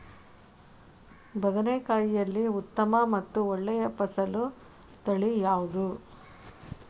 ಬದನೆಕಾಯಿಯಲ್ಲಿ ಉತ್ತಮ ಮತ್ತು ಒಳ್ಳೆಯ ಫಸಲು ತಳಿ ಯಾವ್ದು?